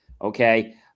okay